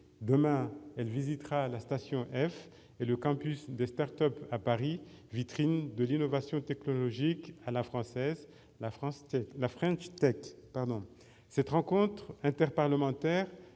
Demain, la délégation visitera la Station F et le campus des start-up à Paris, vitrine de l'innovation technologique à la française, la « French Tech ». Cette rencontre interparlementaire